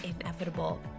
inevitable